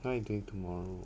what you doing tomorrow